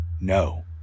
no